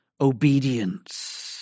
Obedience